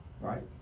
Right